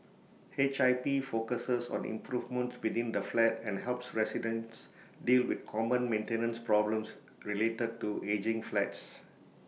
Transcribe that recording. H I P focuses on improvements within the flat and helps residents deal with common maintenance problems related to ageing flats